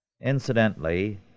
Incidentally